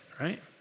right